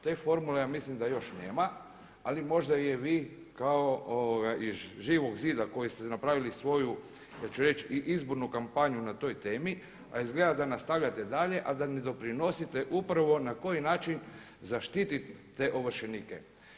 Te formule ja mislim da još nema ali možda je vi kao iz Živog zida koji ste napravili svoju, ja ću reći i izbornu kampanju na toj temi a izgleda da nastavljate dalje a da ne doprinosite upravo na koji način zaštiti te ovršenike.